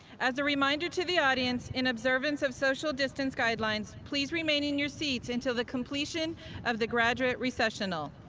as a reminder to the audience, in observance of social distance guidelines, please remain in your seats until the completion of the graduate recessional.